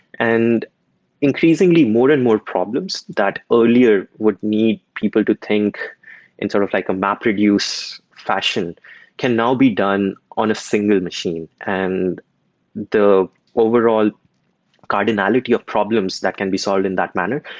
and increasingly, more and more problems that earlier would need people to think in sort of like a mapreduce fashion can now be done on a single machine. and the overall cardinality of problems that can be solved in that manner,